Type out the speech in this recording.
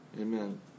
Amen